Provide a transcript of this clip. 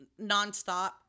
nonstop